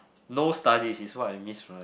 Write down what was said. no studies is what I miss from